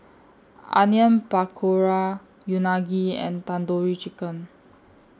Onion Pakora Unagi and Tandoori Chicken